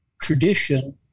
tradition